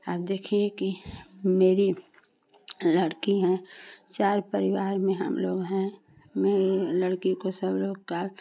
अब देखिए कि मेरी लड़की है चार परिवार में हमलोग हैं मैं यह लड़की को सबलोग का